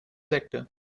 sekte